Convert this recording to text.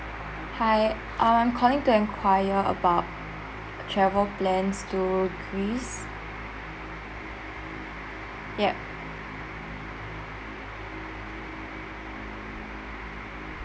hi uh I'm calling to enquire about travel plans to greece yup